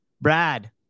Brad